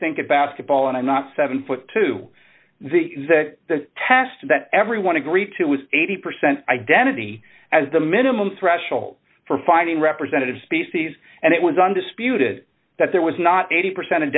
stink at basketball and i'm not seven foot to the test that everyone agreed to was eighty percent identity as the minimum threshold for finding representative species and it was undisputed that there was not eighty percent of